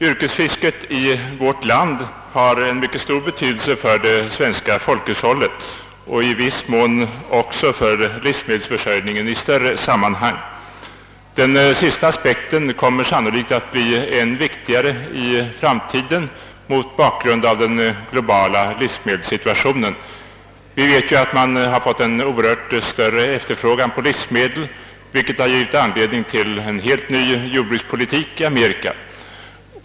Yrkesfisket i vårt land har mycket stor beiydelse för det svenska folkhushållet och i viss mån också för livsmedelsförsörjningen i större sammanhang. Den senare aspekten kommer sannolikt att bli än viktigare i framtiden till följd av den globala livsmedelssituationen. Vi vet att efterfrågan på livsmedel har ökat oerhört, vilket har givit anledning till en helt ny jordbrukspolitik i Amerika.